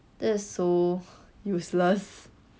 that is so useless